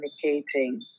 communicating